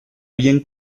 bien